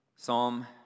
Psalm